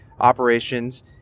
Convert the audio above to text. operations